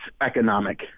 economic